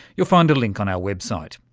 you'll find a link on our website.